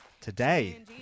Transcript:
Today